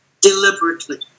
deliberately